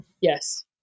yes